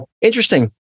Interesting